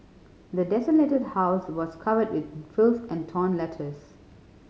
the desolated house was covered in filth and torn letters